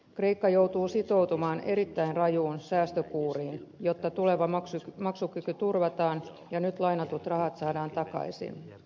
kreikka joutuu sitoutumaan erittäin rajuun säästökuuriin jotta tuleva maksukyky turvataan ja nyt lainatut rahat saadaan takaisin